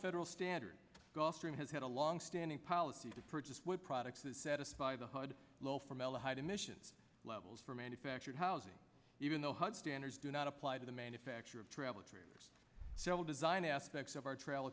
federal standard gulfstream has had a longstanding policy to purchase wood products to satisfy the hard low formaldehyde emissions levels for manufactured housing even though hud standards do not apply to the manufacture of travel trailers so design aspects of our tra